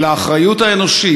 אלא האחריות האנושית,